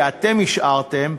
שאתם השארתם,